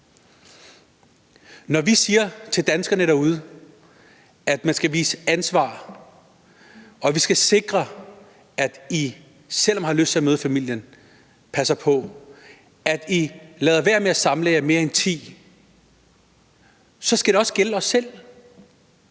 Når vi siger til danskerne derude, at man skal tage ansvar, og siger, at man skal sikre, at man, selv om man har lyst til at mødes med familien, passer på, og at man skal lade være med at samles mere end ti, så skal det også gælde os selv